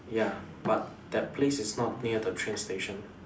ya but that place is not near the train station